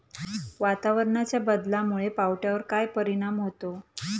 वातावरणाच्या बदलामुळे पावट्यावर काय परिणाम होतो?